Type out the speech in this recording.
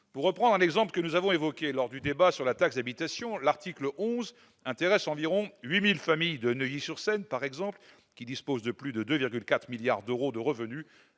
Pour reprendre un exemple que nous avons évoqué lors du débat sur la taxe d'habitation, l'article 11 intéresse par exemple environ 8 000 familles de Neuilly-sur-Seine qui disposent de plus de 2,4 milliards d'euros de revenus